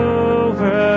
over